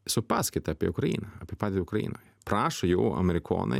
su paskaita apie ukraina apie padėtį ukrainoj prašo jau amerikonai